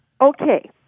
Okay